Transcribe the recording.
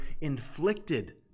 inflicted